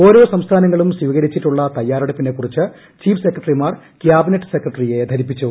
ഓരോ സംസ്ഥാനങ്ങളും സ്വീകരിച്ചിട്ടുള്ള തയ്യാറെടുപ്പിനെക്കുറിച്ച് ചീഫ് സെക്രട്ടറിമാർ കാബിനറ്റ് സെക്രട്ടറിയെ ധരിപ്പിച്ചു